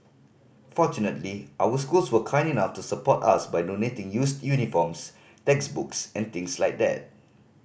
fortunately our schools were kind enough to support us by donating used uniforms textbooks and things like that